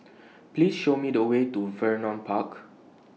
Please Show Me The Way to Vernon Park